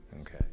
Okay